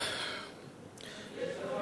אתה מציל